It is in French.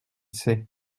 sait